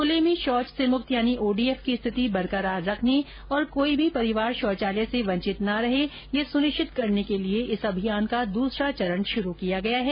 खुले में शौच मुक्त यानि ओडीएफ की स्थिति बरकरार रखने और कोई भी परिवार शौचालय से वंचित न रहे यह सुनिश्चित करने के लिए इस अभियान का दूसरा चरण शुरू किया गया है